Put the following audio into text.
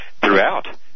throughout